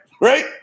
Right